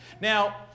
Now